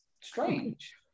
strange